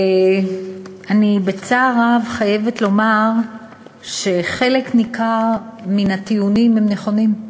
אני בצער רב חייבת לומר שחלק ניכר מן הטיעונים הם נכונים,